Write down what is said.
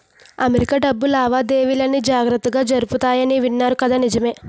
America డబ్బు లావాదేవీలన్నీ జాగ్రత్తగా జరుగుతాయని విన్నాను కదా నిజమే